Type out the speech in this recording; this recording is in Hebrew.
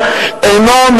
ישראל,